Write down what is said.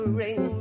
ring